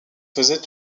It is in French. faisait